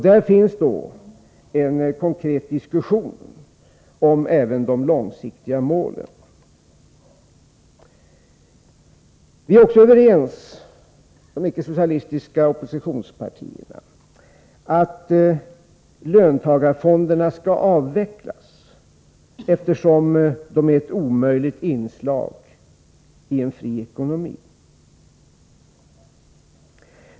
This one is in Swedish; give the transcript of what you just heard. Där finns en konkret diskussion även om de långsiktiga målen. De icke-socialistiska partierna är också överens om att löntagarfonderna skall avvecklas, eftersom de är ett omöjligt inslag i en fri ekonomi.